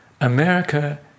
America